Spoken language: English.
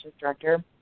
director